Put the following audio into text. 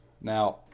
Now